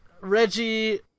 Reggie